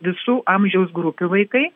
visų amžiaus grupių vaikai